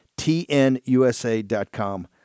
Tnusa.com